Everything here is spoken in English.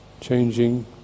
Changing